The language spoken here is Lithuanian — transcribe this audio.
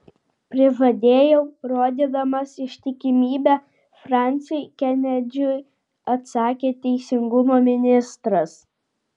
prižadėjau rodydamas ištikimybę fransiui kenedžiui atsakė teisingumo ministras